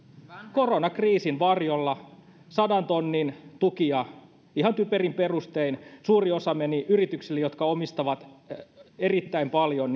koronakriisin varjolla sadantonnin tukia ihan typerin perustein suuri osa meni yrityksille jotka omistavat erittäin paljon